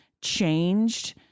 changed